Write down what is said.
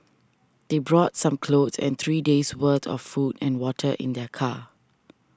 they brought some clothes and three days' worth of food and water in their car